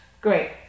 Great